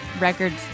records